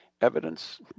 evidence